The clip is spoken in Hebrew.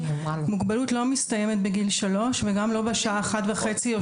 מוגבלות לא מסתיימת בגיל שלוש וגם לא בשעה 13:30 או